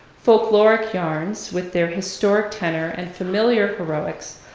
folkloric yarns, with their historic tenor and familiar heroics,